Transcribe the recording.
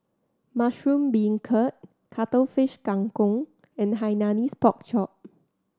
mushroom beancurd Cuttlefish Kang Kong and Hainanese Pork Chop